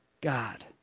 God